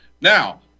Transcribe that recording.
Now